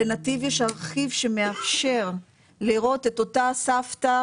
לנתיב יש ארכיב שמאפשר לראות את אותה סבתא